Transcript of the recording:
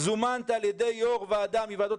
שאם זומנת על-ידי יושב-ראש ועדה מוועדות